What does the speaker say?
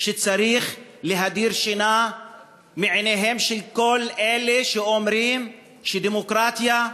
שצריך להדיר שינה מעיניהם של כל אלה שאומרים שדמוקרטיה,